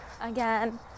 again